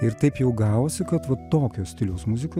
ir taip jau gavosi kad vat tokio stiliaus muzika